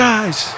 Guys